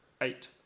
Eight